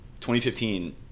2015